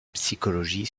psychologie